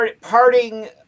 parting